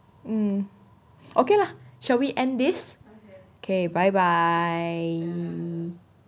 um okay lah shall we end this K bye bye